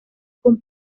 con